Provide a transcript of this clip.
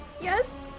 Yes